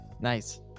Nice